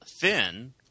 Thin